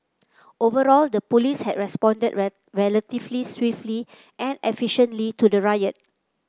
overall the police had responded relatively swiftly and efficiently to the riot